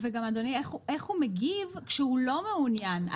אדוני, גם איך הוא מגיב כשהוא לא מעוניין.